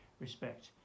respect